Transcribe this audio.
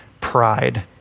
pride